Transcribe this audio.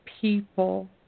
people